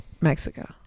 Mexico